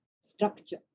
structure